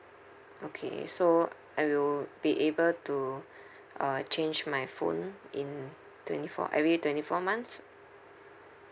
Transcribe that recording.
okay so I will be able to uh change my phone in twenty four every twenty four months